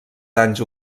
danys